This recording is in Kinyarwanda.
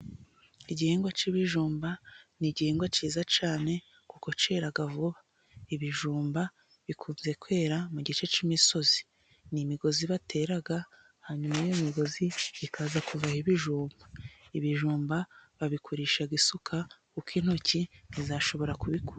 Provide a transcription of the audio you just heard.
Igihingwa cy'ibijumba, ni igihingwa cyiza cyane kuko cyera vuba. Ibijumba bikunze kwera mu gice cy'imisozi. Ni imigozi batera hanyuma y'imigozi ikaza kuvaho ibijumba. Ibijumba babikurisha isuka kuko intoki ntizashobora kubikura.